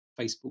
Facebook